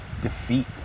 defeat